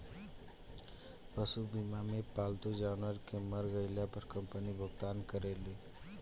पशु बीमा मे पालतू जानवर के मर गईला पर कंपनी भुगतान करेले